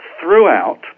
throughout